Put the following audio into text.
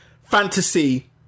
fantasy